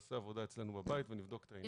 ונעשה עבודה אצלנו בבית ונבדוק את העניין.